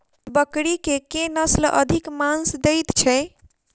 बकरी केँ के नस्ल अधिक मांस दैय छैय?